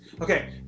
okay